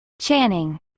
Channing